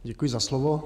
Děkuji za slovo.